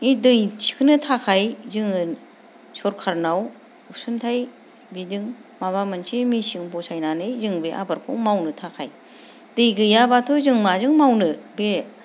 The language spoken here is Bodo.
बे दै थिखांनो थाखाय जों सोरकारनाव अनसुंथाइ बिदों माबा मोनसे मेचिन बसायनानै जों बे आबादखौ मावनो थाखाय दै गैयाब्लाथ' जों माजों मावनो बे